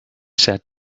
said